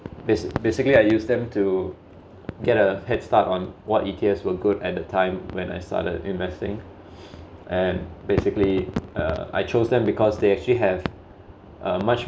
basic basically I use them to get a head start on what E_T_Fs were good at that time when I started investing and basically uh I chose them because they actually have a much